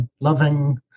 loving